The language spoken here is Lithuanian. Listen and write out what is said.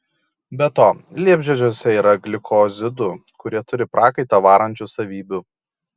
be to liepžiedžiuose yra glikozidų kurie turi prakaitą varančių savybių